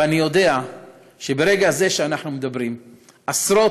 אני יודע שברגע זה שאנחנו מדברים עשרות